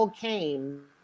came